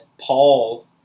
Paul